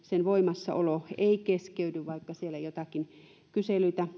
voimassaolo ei keskeydy vaikka siellä joitakin kyselyitä